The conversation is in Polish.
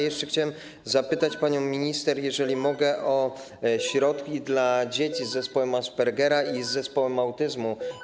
Jeszcze chciałem zapytać panią minister, jeżeli mogę, o środki dla dzieci z zespołem Aspergera i z zespołem autyzmu.